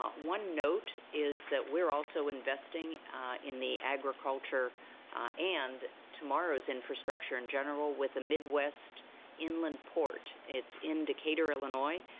one note is that we're also investing in the agriculture and tomorrow's infrastructure in general with the midwest inland port. it's in decatur, illinois,